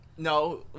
No